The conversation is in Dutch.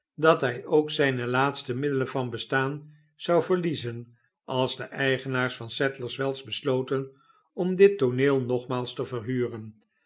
dat hij ook zijne laatste middelen van bestaan zou verliezen als de eigenaars van sadlers wells besloten om dit tooneel nogmaals te verhuren